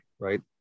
right